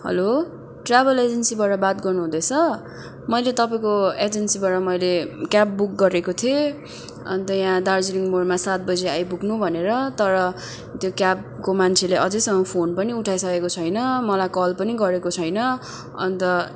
hello travel एजेन्सीबाट बात गर्नुहुँदैछ मैले तपाईँको एजेन्सीबाट मैले क्याब बुक गरेको थिएँ अन्त यहाँ दार्जिलिङ मोडमा सात बजी आइपुग्नु भनेर तर त्यो क्याबको मान्छेले अझैसम्म फोन पनि उठाइसकेको छैन मलाई कल पनि गरेको छैन अन्त